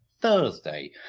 Thursday